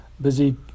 busy